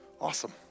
Awesome